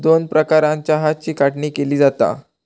दोन प्रकारानं चहाची काढणी केली जाता